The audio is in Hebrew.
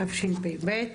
תשפ"ב,